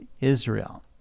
Israel